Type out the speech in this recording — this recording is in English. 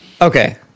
Okay